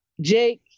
Jake